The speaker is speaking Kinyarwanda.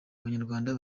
abanyarwanda